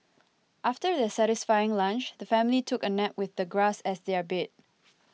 after their satisfying lunch the family took a nap with the grass as their bed